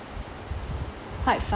quite